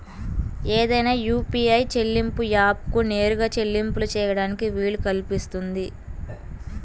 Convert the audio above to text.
ఏదైనా యూ.పీ.ఐ చెల్లింపు యాప్కు నేరుగా చెల్లింపులు చేయడానికి వీలు కల్పిస్తుంది